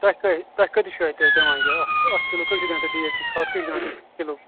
تُہۍ کیٛاہ تۅہہِ کٍتِس چھُو اتہِ حظ جمع یہِ اکھ کِلوٗ اکھ کِلوٗ کٔہۍ چھِ دِوان تُہۍ ڈی اے پی کھاد کٔہۍ دِوان چھِو تُہۍ کِلوٗ